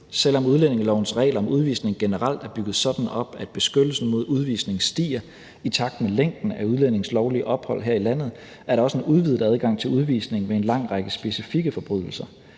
Selv om udlændingelovens regler om udvisning generelt er bygget sådan op, at beskyttelsen mod udvisning stiger i takt med længden af udlændinges lovlige ophold her i landet, er der også en udvidet adgang til udvisning ved en lang række specifikke forbrydelser.